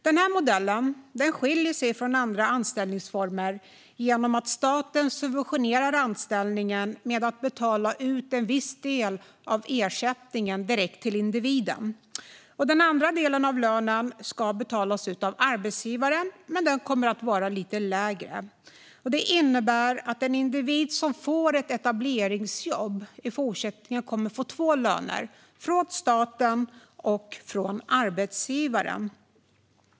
Den här modellen skiljer sig från andra anställningsformer på så sätt att staten subventionerar anställningen genom att betala ut en viss del av ersättningen direkt till individen. Den andra delen av lönen ska betalas ut av arbetsgivaren men kommer att vara lite lägre. Det innebär att en individ som får ett etableringsjobb i fortsättningen kommer att få två löner - från staten och från arbetsgivaren.